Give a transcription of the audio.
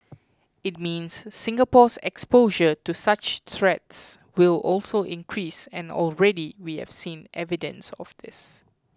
it means Singapore's exposure to such threats will also increase and already we have seen evidence of this